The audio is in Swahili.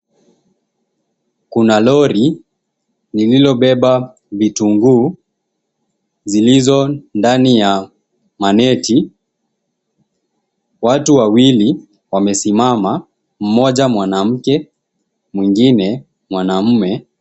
Kuna lorry lililobeba vitunguu zilizo ndani ya maneti . Watu wawili wamesimama, mmoja mwa𝑛𝑎mke mwingine mwanaume.